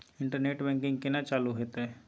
Internet banking केना चालू हेते?